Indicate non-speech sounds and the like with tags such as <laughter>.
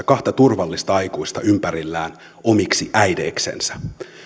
<unintelligible> kahta turvallista aikuista ympärillään omiksi äideiksensä